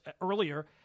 earlier